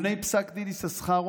לפני פסק יששכרוב,